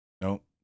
Nope